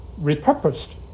repurposed